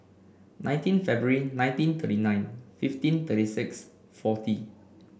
nineteen February nineteen thirty nine fifteen thirty six forty